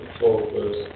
focus